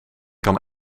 kan